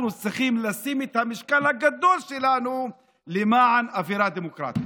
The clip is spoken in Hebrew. אנחנו צריכים לשים את המשקל הגדול שלנו למען אווירה דמוקרטית.